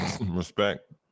Respect